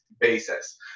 basis